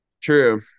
True